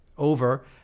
over